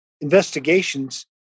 investigations